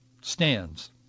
stands